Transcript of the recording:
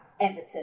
Everton